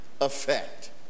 effect